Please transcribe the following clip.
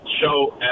show